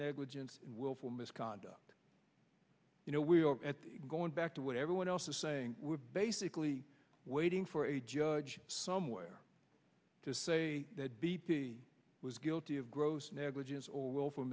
negligence willful misconduct you know we are going back to what everyone else is saying we're basically waiting for a judge somewhere to say that b p was guilty of gross negligence or will